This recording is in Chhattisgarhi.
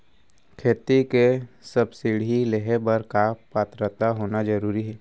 खेती के सब्सिडी लेहे बर का पात्रता होना जरूरी हे?